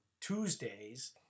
Tuesdays